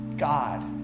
God